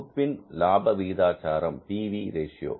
தொகுப்பின் லாப விகிதாச்சாரம் பி வி ரேஷியோ